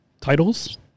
titles